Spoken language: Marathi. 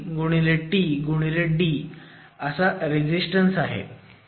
85fctd हा रेझीस्टन्स आहे